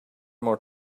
more